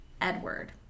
Edward